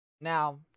Now